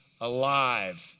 alive